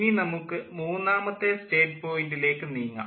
ഇനി നമുക്ക് മൂന്നാമത്തെ സ്റ്റേറ്റ് പോയിൻ്റിലേക്ക് നീങ്ങാം